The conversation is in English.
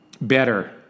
better